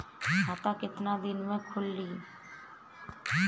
खाता कितना दिन में खुलि?